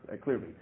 clearly